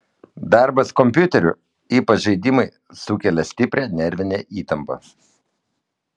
darbas kompiuteriu ypač žaidimai sukelia stiprią nervinę įtampą